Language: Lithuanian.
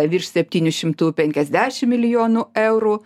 virš septynių šimtų penkiasdešim milijonų eurų